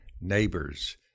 neighbors